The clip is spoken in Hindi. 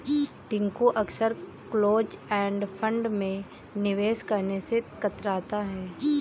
टिंकू अक्सर क्लोज एंड फंड में निवेश करने से कतराता है